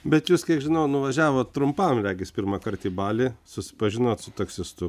bet jūs kiek žinau nuvažiavot trumpam regis pirmąkart į balį susipažinot su taksistu